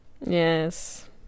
yes